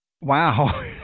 Wow